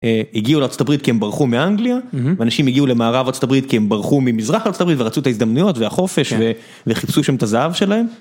הגיעו לארצות הברית כי הם ברחו מאנגליה? ואנשים הגיעו למערב ארצות הברית כי הם ברחו ממזרח ארצות הברית ורצו את ההזדמנויות והחופש וחיפשו שם את הזהב שלהם.